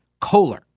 Kohler